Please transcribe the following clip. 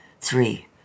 Three